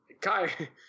Kai